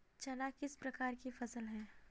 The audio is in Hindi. चना किस प्रकार की फसल है?